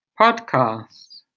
podcasts